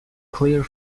clear